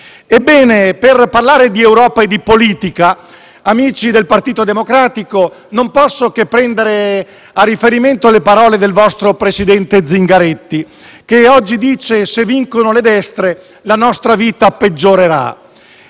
Ebbene, per parlare di Europa e di politica, amici del Partito Democratico, non posso che prendere a riferimento le parole del vostro presidente Zingaretti, il quale oggi ha affermato che se vincono le destre la nostra vita peggiorerà.